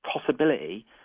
possibility